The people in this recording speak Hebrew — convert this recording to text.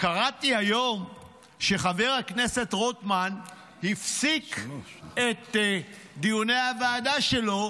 קראתי היום שחבר הכנסת רוטמן הפסיק את דיוני הוועדה שלו